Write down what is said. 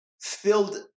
filled